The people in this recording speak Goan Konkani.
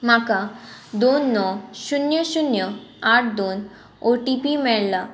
म्हाका दोन णव शुन्य शुन्य आठ दोन ओ टी पी मेळ्ळा